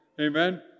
Amen